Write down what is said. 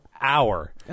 hour